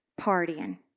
partying